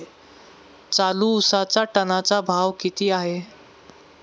चालू उसाचा टनाचा भाव किती आहे?